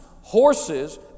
horses